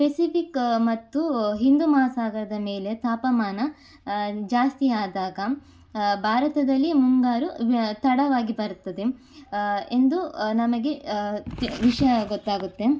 Pacific ಮತ್ತೂ ಹಿಂದೂ ಮಹಾ ಸಾಗರದ ಮೇಲೆ ತಾಪಮಾನ ಜಾಸ್ತಿಯಾದಾಗ ಭಾರತದಲ್ಲಿ ಮುಂಗಾರು ತಡವಾಗಿ ಬರುತ್ತದೆ ಎಂದು ನಮಗೆ ವಿಷಯ ಗೊತ್ತಾಗುತ್ತೆ